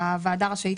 הוועדה רשאית,